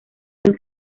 del